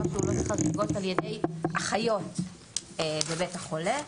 פעולות חריגות על ידי אחיות בבית החולה.